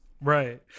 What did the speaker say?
Right